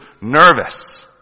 nervous